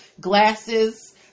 glasses